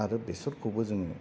आरो बेसरखौबो जोङो